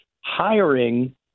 hiring